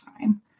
time